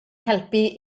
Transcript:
helpu